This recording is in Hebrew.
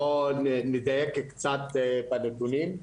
בוא נדייק קצת בנתונים.